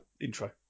intro